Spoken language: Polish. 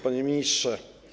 Panie Ministrze!